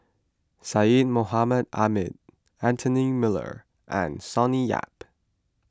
Syed Mohamed Ahmed Anthony Miller and Sonny Yap